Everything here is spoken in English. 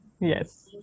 Yes